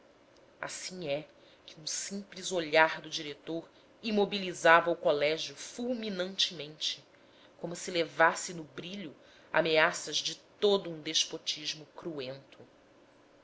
assim é que um simples olhar do diretor imobilizava o colégio fulminantemente como se levasse no brilho ameaças de todo um despotismo cruento